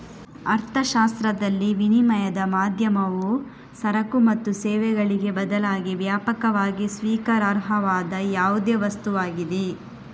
ಅರ್ಥಶಾಸ್ತ್ರದಲ್ಲಿ, ವಿನಿಮಯದ ಮಾಧ್ಯಮವು ಸರಕು ಮತ್ತು ಸೇವೆಗಳಿಗೆ ಬದಲಾಗಿ ವ್ಯಾಪಕವಾಗಿ ಸ್ವೀಕಾರಾರ್ಹವಾದ ಯಾವುದೇ ವಸ್ತುವಾಗಿದೆ